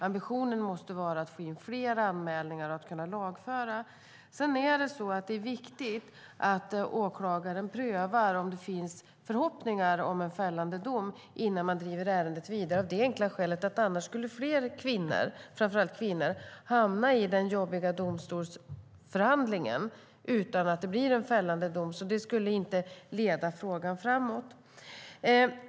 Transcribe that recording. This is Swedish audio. Ambitionen måste vara att få in fler anmälningar och kunna lagföra. Det är viktigt att åklagaren prövar om det finns förhoppningar om en fällande dom innan ärendet drivs vidare, av det enkla skälet att annars skulle fler framför allt kvinnor hamna i den jobbiga domstolsförhandlingen utan att det blir en fällande dom. Det skulle inte leda frågan framåt.